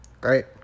great